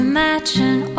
Imagine